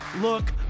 look